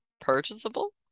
purchasable